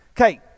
Okay